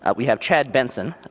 ah we have chad benson,